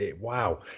wow